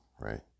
right